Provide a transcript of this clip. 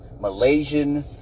malaysian